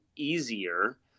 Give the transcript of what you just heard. easier